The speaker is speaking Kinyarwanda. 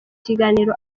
ikiganiro